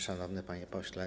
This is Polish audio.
Szanowny Panie Pośle!